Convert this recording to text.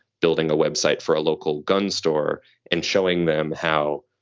building a web site for a local gun store and showing them how,